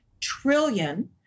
trillion